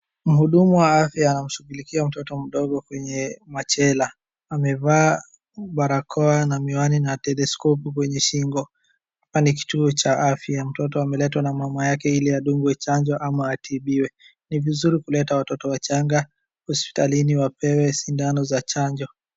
mhudumu wa afya anashughulikia mtoto mdogo kwenye machela , amevaa barakoa na miwani na stetoskopu kwenye shingo, hapa ni kituo cha afya mtoto ameletwa na mama yake ili adungwe chanjo ama atibiwe ni vizuri kuleta watoto wachanga hospitalini wapewe sindano za chanjo